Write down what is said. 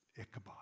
Ichabod